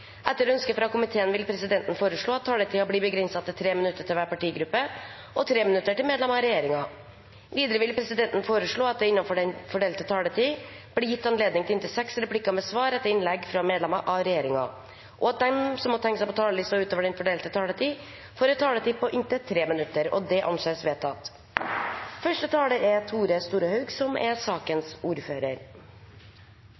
Etter ønske frå transport- og kommunikasjonskomiteen vil presidenten føreslå at taletida vert avgrensa til 5 minutt til kvar partigruppe og 5 minutt til medlemer av regjeringa. Vidare vil presidenten føreslå at det – innanfor den fordelte taletida – vert gjeve anledning til inntil seks replikkar med svar etter innlegg frå medlemer av regjeringa, og at dei som måtte teikna seg på talarlista utover den fordelte taletida, får ei taletid på inntil 3 minutt. – Det er vedteke. Norsk jernbane er